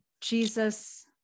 jesus